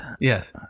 Yes